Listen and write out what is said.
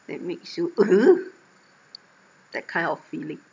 that makes you ugh that kind of feeling